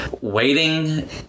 waiting